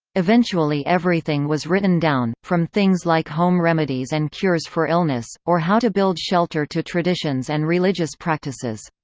eventually everything was written down, from things like home remedies and cures for illness, or how to build shelter to traditions and religious practices.